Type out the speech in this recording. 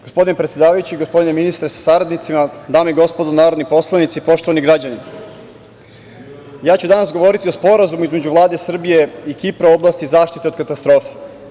Gospodine predsedavajući, gospodine ministre sa saradnicima, dame i gospodo narodni poslanici, poštovani građani, ja ću danas govoriti o Sporazumu između Vlade Srbije i Kipra u oblasti zaštite od katastrofa.